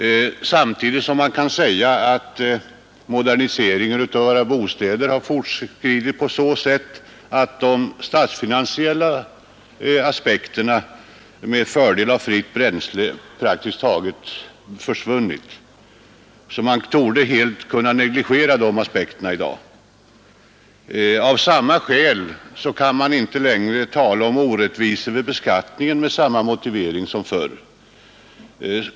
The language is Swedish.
Samtidigt kan man säga att moderniseringen av våra bostäder har fortskridit så att de statsfinansiella aspekterna på fördelen av fritt bränsle praktiskt taget har försvunnit. Man torde alltså helt kunna negligera de aspekterna i dag. Av samma skäl kan man inte längre tala om orättvisor vid beskattningen med samma motivering som förr.